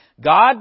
God